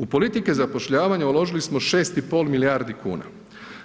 U politike zapošljavanja uložili smo 6,5 milijardi kuna,